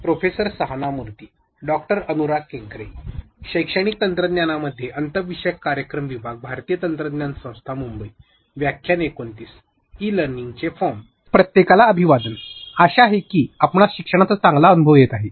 प्रत्येकास अभिवादन आशा आहे की आपणास शिक्षणाचा चांगला अनुभव येत आहे